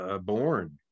born